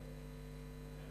כן.